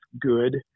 good